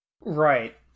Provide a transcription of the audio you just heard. right